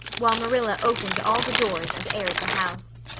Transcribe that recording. while marilla opened all the doors and aired the house.